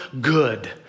good